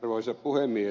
arvoisa puhemies